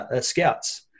scouts